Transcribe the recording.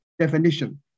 definition